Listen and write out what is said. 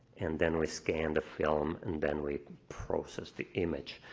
and then we scan the film and then we process the image.